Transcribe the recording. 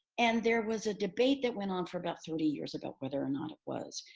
and there was a debate that went on for about thirty years about whether or not it was.